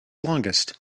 longest